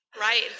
right